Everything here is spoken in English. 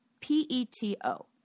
p-e-t-o